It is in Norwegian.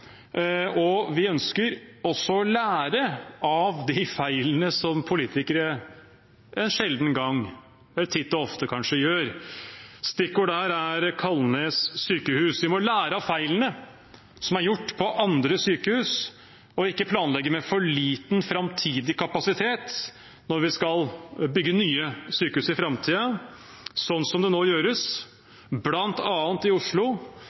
Vi ønsker også å lære av de feilene som politikerne en sjelden gang – eller kanskje titt og ofte – gjør. Stikkordet der er Kalnes sykehus. Vi må lære av feilene som er gjort på andre sykehus, og ikke planlegge med for liten kapasitet når vi skal bygge nye sykehus i framtiden, som det nå gjøres bl.a. i Oslo,